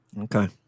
Okay